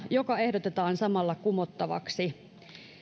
joka ehdotetaan samalla kumottavaksi